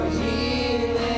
healing